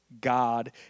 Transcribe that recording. God